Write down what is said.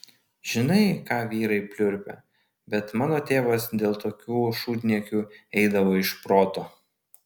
žinai ką vyrai pliurpia bet mano tėvas dėl tokių šūdniekių eidavo iš proto